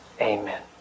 Amen